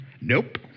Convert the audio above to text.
nope